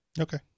Okay